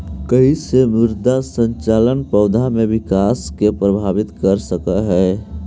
कईसे मृदा संरचना पौधा में विकास के प्रभावित कर सक हई?